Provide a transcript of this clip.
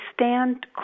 stand